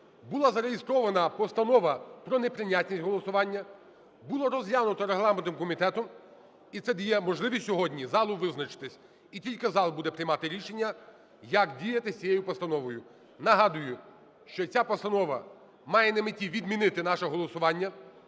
була зареєстрована постанова про неприйнятність голосування, було розглянуто регламентним комітетом. І це дає можливість сьогодні залу визначитися, і тільки зал буде приймати рішення, як діяти з цією постановою. Нагадую, що ця постанова має на меті відмінити наше голосування